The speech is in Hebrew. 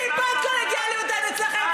טיפה קולגיאליות אין אצלכם.